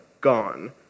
gone